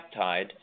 peptide